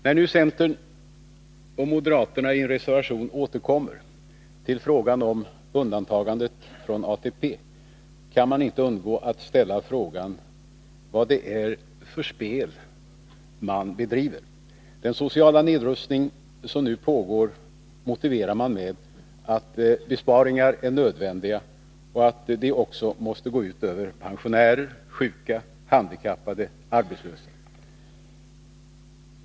När nu centern tillsammans med moderaterna i en reservation återkommer till frågan om undantagandet från ATP, kan man inte undgå att ställa frågan, vad det är för spel man bedriver. Den sociala nedrustning som nu pågår motiverar man med att besparingar är nödvändiga och att de måste gå ut också över pensionärer, sjuka, handikappade och arbetslösa.